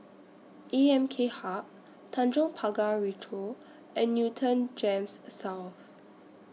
A M K Hub Tanjong Pagar Ricoh and Newton Gems South